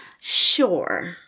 Sure